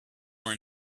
were